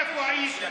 איפה היית?